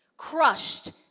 crushed